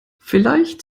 vielleicht